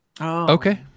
Okay